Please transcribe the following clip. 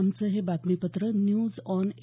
आमचं हे बातमीपत्र न्यूज ऑन ए